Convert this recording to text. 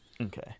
Okay